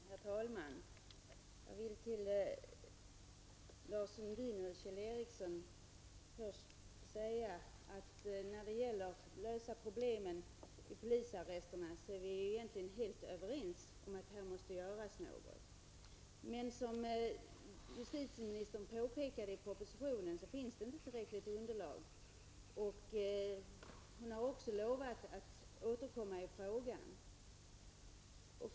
Herr talman! Till Lars Sundin och Kjell Ericsson vill jag när det gäller problemen om polisarresterna först säga att vi egentligen är helt överens om att någonting måste göras. Men som justitieministern påpekar i propositionen finns det inte tillräckligt underlag. Hon har lovat att återkomma i frågan.